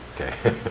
Okay